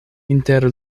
inter